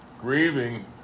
grieving